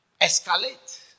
escalate